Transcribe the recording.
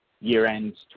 year-end